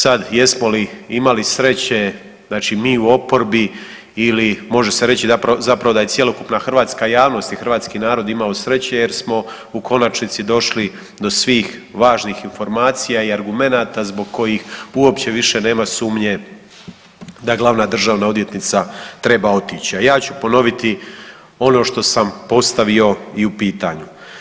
Sad jesmo li imali sreće, znači mi u oporbi ili može se reći zapravo da je cjelokupna Hrvatska javnost i Hrvatski narod imali sreće, jer smo u konačnici došli do svih važnih informacija i argumenata zbog kojih uopće više nema sumnje da Glavna državna odvjetnica treba otići, a ja ću ponoviti ono što sam postavio i u pitanju.